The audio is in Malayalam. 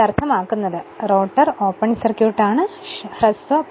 ഇത് അർഥമാക്കുന്നത് റോട്ടർ ഓപ്പൺ സർക്യൂട്ടാണ് അത് ഷോർട്ട് സർക്യൂട്ട് അല്ലായെന്നാണ്